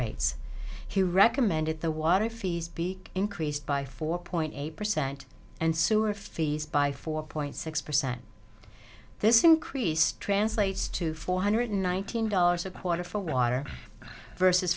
rates he recommended the water fees be increased by four point eight percent and sewer fees by four point six percent this increase translates to four hundred one thousand dollars a quarter for water versus